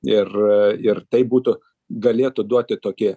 ir ir tai būtų galėtų duoti tokį